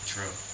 True